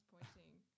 disappointing